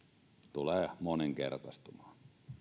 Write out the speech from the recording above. tulee moninkertaistumaan